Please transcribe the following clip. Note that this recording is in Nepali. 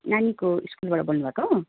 नानीको स्कुलबाट बोल्नुभएको हो